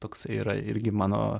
toksai yra irgi mano